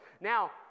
Now